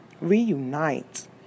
reunite